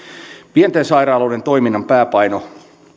pienten sairaaloiden toiminnan pääpaino